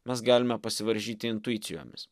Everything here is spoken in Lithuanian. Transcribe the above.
mes galime pasivaržyti intuicijomis